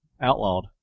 outlawed